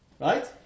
Right